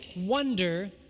wonder